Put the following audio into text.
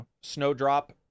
Snowdrop